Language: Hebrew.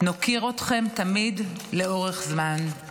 נוקיר אתכם תמיד, לאורך זמן.